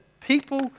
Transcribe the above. people